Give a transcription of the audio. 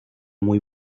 muy